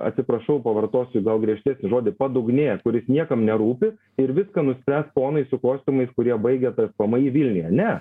atsiprašau pavartosiu gal griežtesnį žodį padugnė kuris niekam nerūpi ir viską nuspręs ponai su kostiumais kurie baigę tspmi vilniuje ne